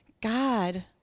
God